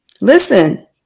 Listen